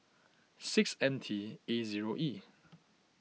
six M T A zero E